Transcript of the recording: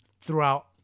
throughout